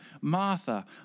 Martha